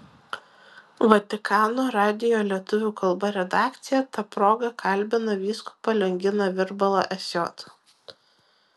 vatikano radijo lietuvių kalba redakcija ta proga kalbina vyskupą lionginą virbalą sj